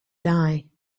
die